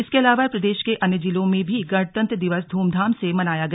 इसके अलावा प्रदेश के अन्य जिलों में भी गणतंत्र दिवस ध्रमधाम से मनाया गया